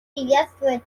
приветствует